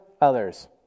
others